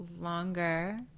Longer